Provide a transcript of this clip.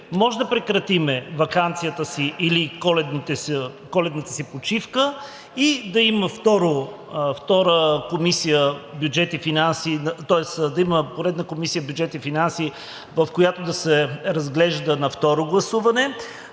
може да прекратим ваканцията си или коледната си почивка и да има поредна Комисия по бюджет и финанси, в която да се разглежда на второ гласуване.